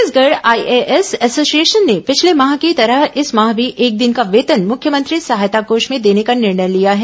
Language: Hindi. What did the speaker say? छत्तीसगढ़ आईएएस एसोसिएशन ने पिछले माह की तरह इस माह भी एक दिन का वेतन मुख्यमंत्री सहायता कोष में देने का निर्णय लिया है